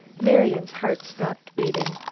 marian's heart stopped beating.